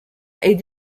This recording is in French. est